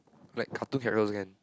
like cartoon character also can